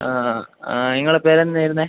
ഇങ്ങളുടെ പേര് എന്തായിരുന്നു